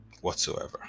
whatsoever